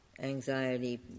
anxiety